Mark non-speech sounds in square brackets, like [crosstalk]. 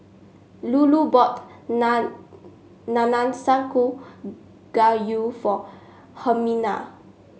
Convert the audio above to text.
Lulu bought [unintelligible] Nanakusa Gayu for Hermina